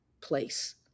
place